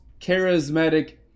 charismatic